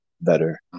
better